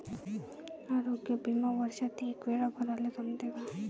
आरोग्य बिमा वर्षात एकवेळा भराले जमते का?